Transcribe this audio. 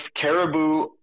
caribou